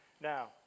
Now